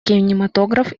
кинематограф